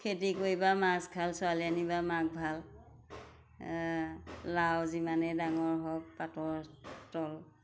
খেতি কৰিবা মাছ খাল ছোৱালী আনিবা মাক ভাল লাও যিমানেই ডাঙৰ হওক পাতৰ তল